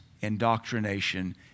indoctrination